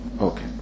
Okay